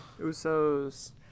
Usos